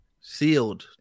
sealed